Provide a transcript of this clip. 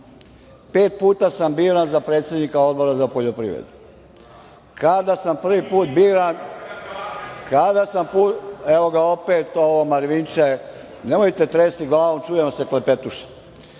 puta sam biran za predsednika Odbora za poljoprivredu. Kada sam prvi put biran, evo ga opet ovo marvinče, nemojte tresti glavom čuje vam se klepetuša. Dame